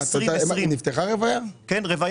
זה נפתח, זה פעיל?